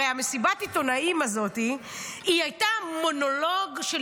הרי מסיבת העיתונאים הזאת הייתה מונולוג של